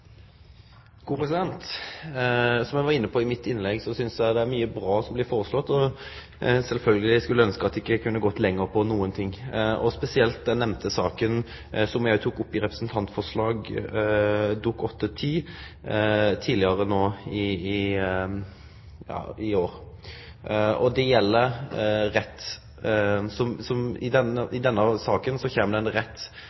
Som eg var inne på i mitt innlegg, synest eg det er mykje bra som blir føreslått. Sjølvsagt skulle eg ønskje at ein kunne gått lenger med noko, spesielt den saka som bl.a. eg tok opp i eit representantforslag, Dokument 8:10 S for 2009–2010, i fjor. Det galdt rett til omsorgsløn. I denne saka kjem det ein rett til pleiepengar og hjelpestønad i